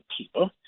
people